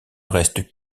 reste